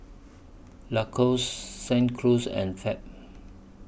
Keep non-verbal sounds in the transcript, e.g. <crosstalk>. Lacoste <unintelligible> Cruz and Fab